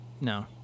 no